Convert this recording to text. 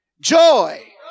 Joy